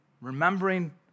Remembering